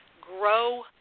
Grow